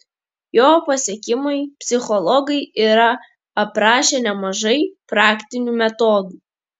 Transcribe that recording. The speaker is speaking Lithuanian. jo pasiekimui psichologai yra aprašę nemažai praktinių metodų